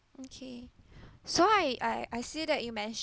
okay so I I I see that you mentioned